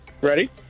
Ready